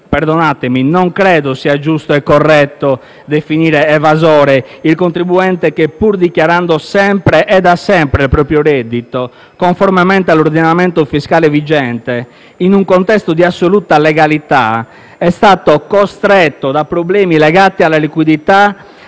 personalmente non credo sia giusto e corretto definire evasore il contribuente che, pur dichiarando sempre e da sempre il proprio reddito, conformemente all'ordinamento fiscale vigente, in un contesto di assoluta legalità è stato costretto, da problemi legati alla liquidità,